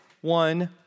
one